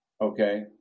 okay